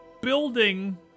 building